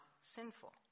sinful